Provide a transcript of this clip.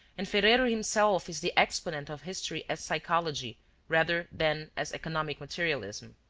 and ferrero himself is the exponent of history as psychology rather than as economic materialism.